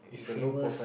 he famous